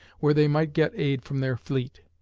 where they might get aid from their fleet.